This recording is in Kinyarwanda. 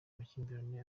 amakimbirane